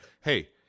hey